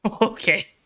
Okay